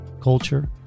culture